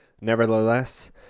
Nevertheless